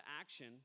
action